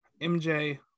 MJ